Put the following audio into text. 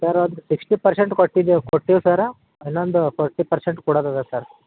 sir ಒಂದು sixty percent ಕೊಟ್ಟಿದ್ದು ಕೊಟ್ಟೀವಿ ಸರ್ ಇನ್ನೊಂದು ಫಾರ್ಟಿ ಪರ್ಸೆಂಟ್ ಕೊಡೋದಿದೆ ಸರ್